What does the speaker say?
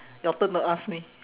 your turn to ask me